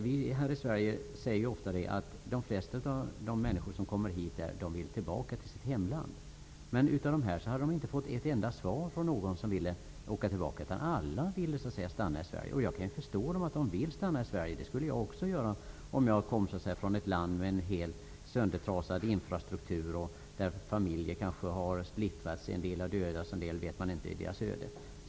Vi här i Sverige säger ju ofta att de flesta av de människor som kommer hit vill tillbaka till sitt hemland. Men bland de här personerna var det inte en enda som ville åka tillbaka, utan alla ville stanna i Sverige. Jag kan förstå att de vill stanna i Sverige, det skulle jag också vilja om jag kom från ett land med en helt söndertrasad infrastruktur, där familjer kanske har splittrats, där en del är döda och man inte känner till andras öde.